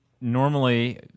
normally